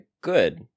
good